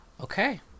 Okay